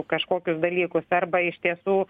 kažkokius dalykus arba iš tiesų